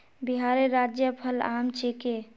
बिहारेर राज्य फल आम छिके